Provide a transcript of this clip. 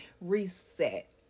reset